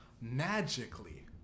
magically